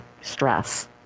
stress